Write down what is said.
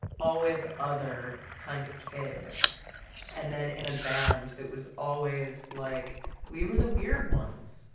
always other kind of kid and then in a band that was always, like we were the weird ones.